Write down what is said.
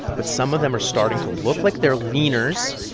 but some of them are starting to look like they're leaners.